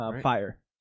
Fire